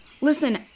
Listen